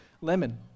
lemon